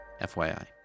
FYI